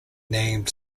named